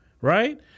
right